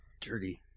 Dirty